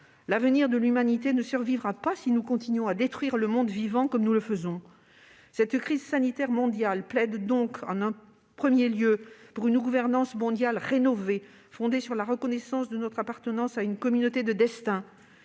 L'avenir de l'humanité ne survivra pas si nous continuons à détruire le monde vivant comme nous le faisons. Cette crise sanitaire mondiale plaide donc, en premier lieu, pour une gouvernance mondiale rénovée, fondée sur la reconnaissance de notre appartenance à une communauté de destin.